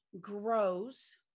grows